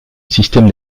système